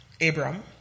Abram